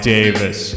Davis